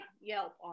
yelp